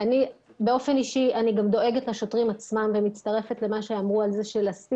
באופן אישי אני גם דואגת לשוטרים עצמם ומצטרפת למה שאמרו על זה שלשים